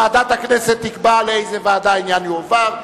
ועדת הכנסת תקבע לאיזו ועדה העניין יועבר.